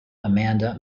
amanda